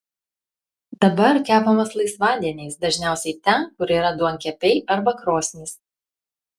dabar kepamas laisvadieniais dažniausiai ten kur yra duonkepiai arba krosnys